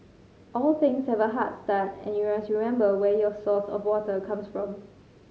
all things have a hard start and you must remember where your source of water comes from